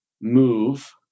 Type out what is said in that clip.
move